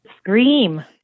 Scream